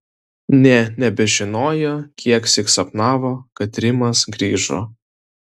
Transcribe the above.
nė nebežinojo kieksyk sapnavo kad rimas grįžo